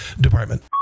department